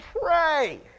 pray